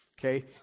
Okay